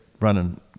running